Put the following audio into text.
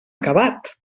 acabat